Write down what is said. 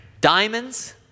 diamonds